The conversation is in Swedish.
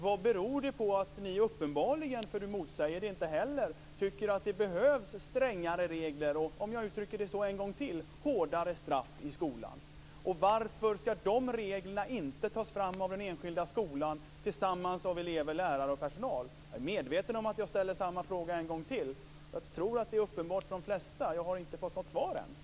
Vad beror det på att ni uppenbarligen tycker att det behövs strängare regler och - jag säger det en gång till - hårdare straff i skolan? Ni motsäger ju inte det. Och varför skall dessa regler inte tas fram av den enskilda skolan av elever, lärare och personal tillsammans? Jag är medveten om att jag ställer samma frågor en gång till. Jag tror att det är uppenbart för de flesta att jag inte har fått något svar än.